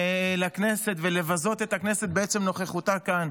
לכנסת ולבזות את הכנסת בעצם נוכחותה כאן.